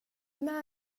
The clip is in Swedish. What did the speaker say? med